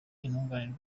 intungane